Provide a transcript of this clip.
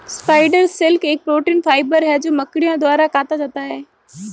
spider silk एक protein fibre है जो मकड़ियों द्वारा काता जाता है